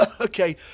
Okay